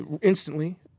instantly